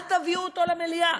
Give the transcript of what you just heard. אל תביאו אותו למליאה.